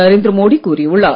நரேந்திரமோடி கூறியுள்ளார்